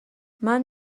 منم